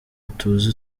utuze